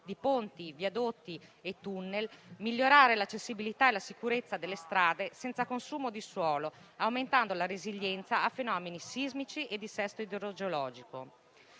di ponti, viadotti e tunnel; migliorare l'accessibilità e la sicurezza delle strade, senza consumo di suolo, aumentando la resilienza a fenomeni sismici e dissesto idrogeologico.